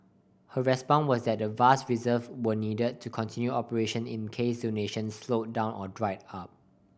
her response was that the vast reserve were needed to continue operation in case donations slowed down or dried up